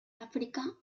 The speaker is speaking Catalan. àfrica